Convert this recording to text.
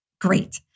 Great